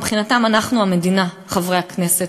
מבחינתן אנחנו המדינה, חברי הכנסת.